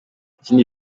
izindi